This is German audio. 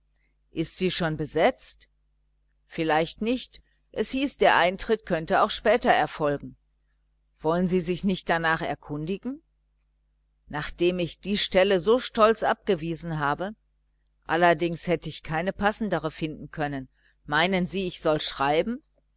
ist sie wohl schon besetzt vielleicht nicht es hieß der eintritt könne auch erst später erfolgen wollen sie sich nicht darnach erkundigen nachdem ich die stelle so stolz abgewiesen habe allerdings hätte ich keine passendere finden können meinen sie ich soll schreiben